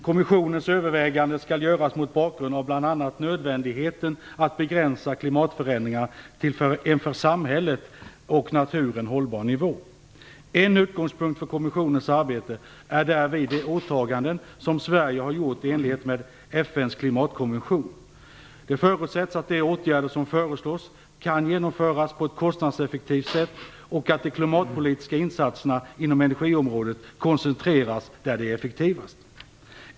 Kommissionens överväganden skall göras mot bakgrund av bl.a. nödvändigheten att begränsa klimatförändringarna till en för samhället och naturen hållbar nivå. En utgångspunkt för kommissionens arbete är därvid de åtaganden som Sverige gjort i enlighet med FN:s klimatkonvention. Det förutsätts att de åtgärder som kan föreslås kan genomföras på ett kostnadseffektivt sätt och att de klimatpolitiska insatserna inom energiområdet koncentreras där de är effektivast.